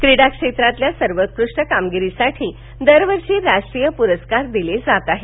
क्रीडा क्षेत्रातील सर्वोत्कृष्ट कामगिरीसाठी दरवर्षी राष्ट्रीय प्रस्कार दिले जात आहेत